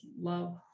love